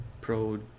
Pro